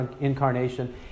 incarnation